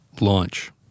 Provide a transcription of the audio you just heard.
launch